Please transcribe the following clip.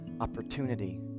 opportunity